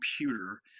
computer